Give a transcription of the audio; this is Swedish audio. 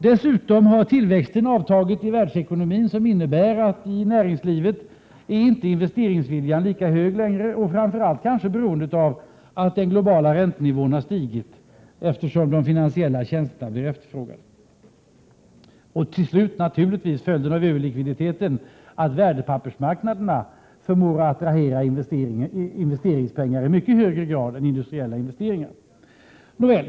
Dessutom har tillväxten avtagit i världsekonomin, vilket innebär att investeringsviljan i näringslivet inte längre är lika hög, kanske framför allt beroende på att den globala räntenivån har stigit allteftersom de finansiella tjänsterna blivit efterfrågade. Och slutligen är det naturligtvis en följd av överlikviditeten att värdepappersmarknaderna förmår attrahera investeringspengar i mycket högre grad än industriella investeringar.